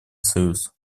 союз